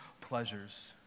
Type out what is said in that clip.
pleasures